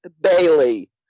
Bailey